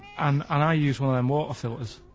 an' and i use one of them water filters.